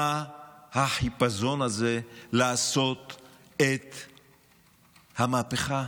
מה החיפזון הזה לעשות את המהפכה.